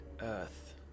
earth